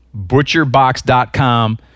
butcherbox.com